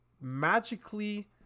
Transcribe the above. magically